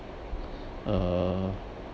uh